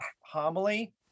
homily